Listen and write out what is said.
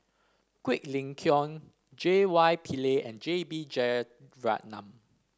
Quek Ling Kiong J Y Pillay and J B Jeyaretnam